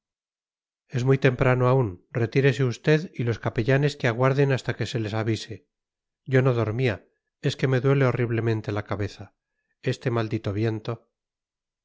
es muy temprano aún retírese usted y los capellanes que aguarden hasta que se les avise yo no dormía es que me duele horriblemente la cabeza este maldito viento